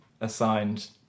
assigned